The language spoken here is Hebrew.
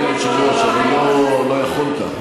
השבוע העבירו 15 מיליון דולר לחמאס.